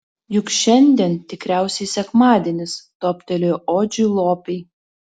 juk šiandien tikriausiai sekmadienis toptelėjo odžiui lopei